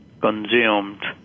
consumed